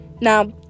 now